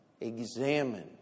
Examine